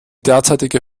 derzeitige